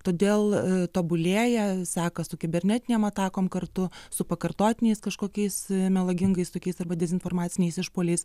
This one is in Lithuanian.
todėl tobulėja sako su kibernetinėm atakom kartu su pakartotiniais kažkokiais melagingais tokiais arba dezinformaciniais išpuoliais